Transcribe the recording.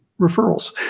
referrals